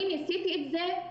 אני ניסיתי את זה,